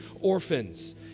orphans